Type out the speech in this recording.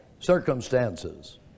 circumstances